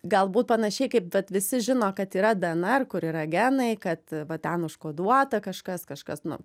galbūt panašiai kaip vat visi žino kad yra dnr kur yra genai kad va ten užkoduota kažkas kažkas nu